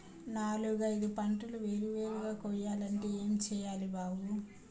నాలుగైదు పంటలు వేరు వేరుగా కొయ్యాలంటే ఏం చెయ్యాలి బాబూ